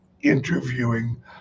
interviewing